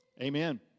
Amen